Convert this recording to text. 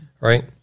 right